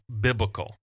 biblical